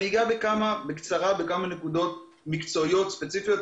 אני איגע בקצרה בכמה נקודות מקצועיות ספציפיות,